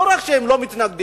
לא רק שהם לא מתנגדים,